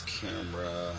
camera